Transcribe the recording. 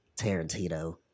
tarantino